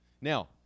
Now